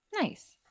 Nice